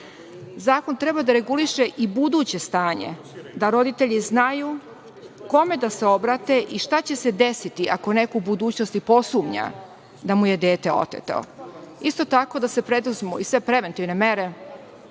Zakon treba da reguliše i buduće stanje, da roditelji znaju kome da se obrate i šta će se desiti ako neko u budućnosti posumnja da mu je dete oteto. Isto tako da se preduzmu i sve preventivne mere,